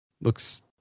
Looks